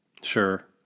Sure